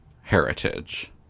heritage